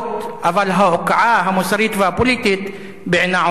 אבל ההוקעה המוסרית והפוליטית בעינה עומדת.